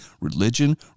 religion